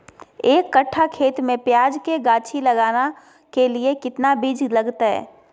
एक कट्ठा खेत में प्याज के गाछी लगाना के लिए कितना बिज लगतय?